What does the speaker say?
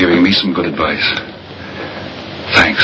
giving me some good advice thanks